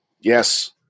Yes